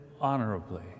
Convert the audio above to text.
honorably